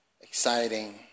Exciting